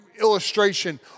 illustration